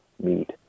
meet